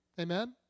Amen